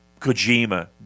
Kojima